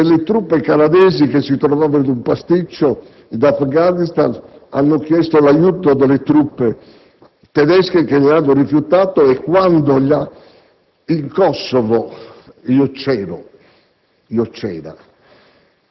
se le truppe canadesi che si trovavano in un pasticcio in Afghanistan hanno chiesto l'aiuto delle truppe tedesche e queste glielo hanno rifiutato. Quando in Kosovo - io c'ero - le